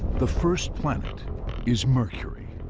the first planet is mercury.